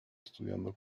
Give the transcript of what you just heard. estudiando